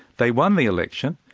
they won the election,